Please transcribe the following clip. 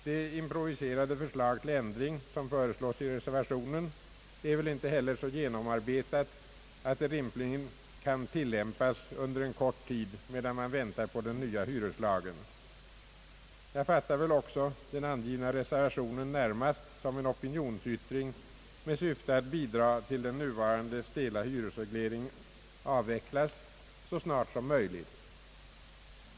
Det improviserade förslag till ändring som föreslås i reservationen är väl heller icke så genomarbetat, att det rimligen kan tillämpas under en kort tid medan man väntar på den nya hyreslagen. Jag fattar väl också den avgivna reservationen närmast som en opinionsyttring med syfte att bidraga till att den nuvarande stela hyresregleringen avvecklas snarast möjligt.